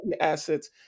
assets